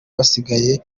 basigaye